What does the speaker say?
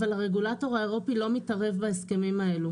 אבל הרגולטור האירופאי לא מתערב בהסכמים האלו.